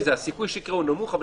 הסיכוי שזה יקרה הוא נמוך, אבל